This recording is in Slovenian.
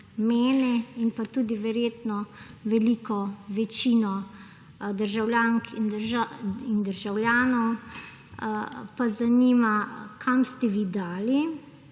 Mene in pa tudi verjetno veliko večino državljank in državljanov pa zanima, kam ste vi dali,